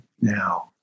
now